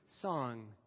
song